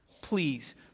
please